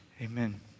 amen